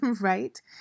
right